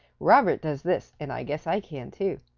robert does this and i guess i can too.